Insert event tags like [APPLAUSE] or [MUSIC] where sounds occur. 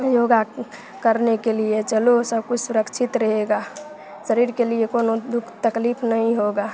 योगा [UNINTELLIGIBLE] करने के लिए चलो सब कोई सुरक्षित रहेगा शरीर के लिए कौनो दुख तकलीफ नहीं होगा